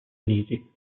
uniti